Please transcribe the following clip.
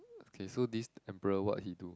okay so this emperor what he do